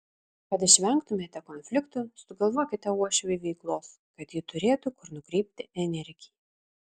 kad išvengtumėte konfliktų sugalvokite uošvei veiklos kad ji turėtų kur nukreipti energiją